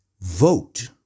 vote